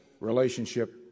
relationship